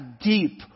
deep